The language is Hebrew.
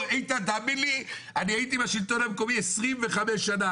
איתן, הייתי בשלטון המקומי 25 שנה.